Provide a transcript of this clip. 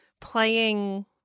playing